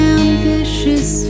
ambitious